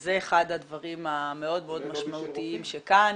שזה אחד הדברים המאוד משמעותיים שכאן